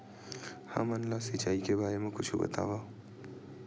हमन ला सिंचाई के बारे मा कुछु बतावव?